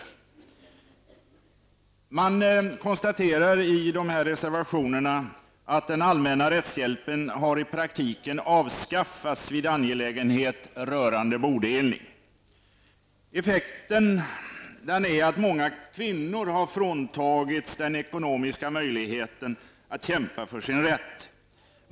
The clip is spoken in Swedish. Man konstaterar i de här reservationerna att den allmänna rättshjälpen i praktiken har avskaffats vid angelägenhet rörande bodelning. Effekten är att många kvinnor har fråntagits den ekonomiska möjligheten att kämpa för sin rätt.